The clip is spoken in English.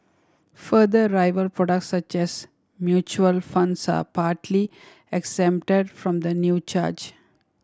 further rival products such as mutual funds are partly exempt from the new charge